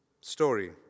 story